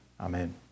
amen